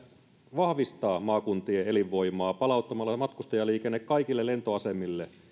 vahvistaa maakuntien elinvoimaa palauttamalla matkustajaliikenne kaikille lentoasemille